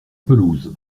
pelouse